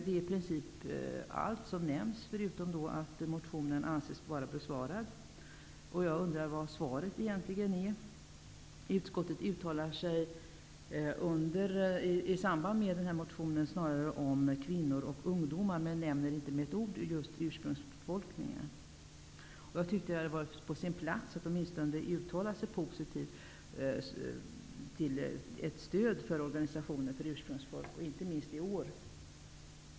Det är i princip allt och därmed anses motionen vara besvarad. Jag undrar vad svaret egentligen är. Utskottet uttalar sig i anslutning till denna motion snarare om kvinnor och ungdomar men nämner inte med ett ord just ursprungsbefolkningen. Det hade varit på sin plats att utskottet åtminstone hade uttalat sig positivt för ett stöd till organisationer för ursprungsbefolkningar, inte minst i år.